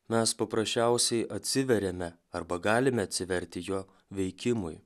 mes paprasčiausiai atsiveriame arba galime atsiverti jo veikimui